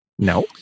No